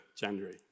January